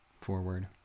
forward